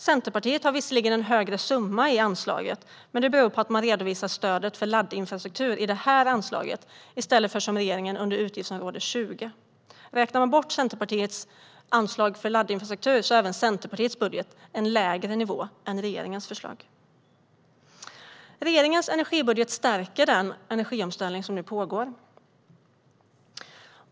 Centerpartiet har visserligen en högre summa i anslaget, men det beror på att de redovisar stödet till laddinfrastruktur på detta utgiftsområde i stället för, som regeringen, under utgiftsområde 21. Om man räknar bort Centerpartiets anslag för laddinfrastruktur har Centerpartiets budget en lägre nivå än regeringens förslag. Regeringens energibudget stärker den energiomställning som pågår.